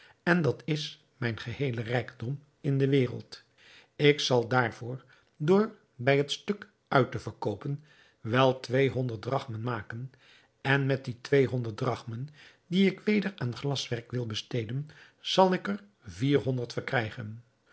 en dat is mijn geheele rijkdom in de wereld ik zal daarvoor door bij het stuk uit te verkoopen wel twee-honderd drachmen maken en met die twee-honderd drachmen die ik weder aan glaswerk wil besteden zal ik er vier honderd verkrijgen